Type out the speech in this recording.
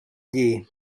дии